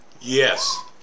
Yes